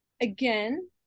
Again